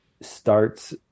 starts